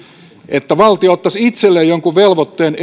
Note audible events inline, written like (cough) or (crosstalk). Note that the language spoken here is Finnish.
että valtio ottaisi itselleen edes jonkun velvoitteen (unintelligible)